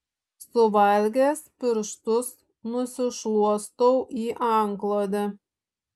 suvalgęs pirštus nusišluostau į antklodę